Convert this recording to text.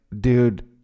dude